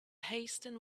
hasten